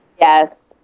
Yes